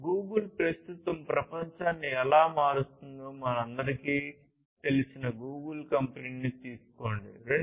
Google ప్రస్తుతం ప్రపంచాన్ని ఎలా మారుస్తుందో మనందరికీ తెలిసిన గూగుల్ కంపెనీని తీసుకోండి